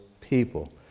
people